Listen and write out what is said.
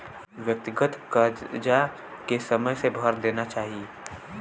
व्यक्तिगत करजा के समय से भर देना चाही